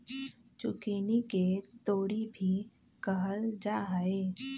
zucchini के तोरी भी कहल जाहई